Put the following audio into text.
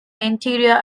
interior